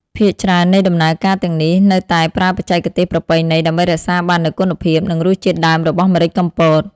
ភាគច្រើននៃដំណើរការទាំងនេះនៅតែប្រើបច្ចេកទេសប្រពៃណី ដើម្បីរក្សាបាននូវគុណភាព និងរសជាតិដើមរបស់ម្រេចកំពត ។